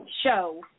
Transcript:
show